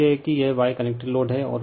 सवाल यह हैं कि यह Y कनेक्टेड लोड है